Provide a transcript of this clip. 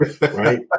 Right